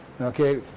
okay